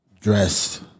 dress